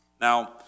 Now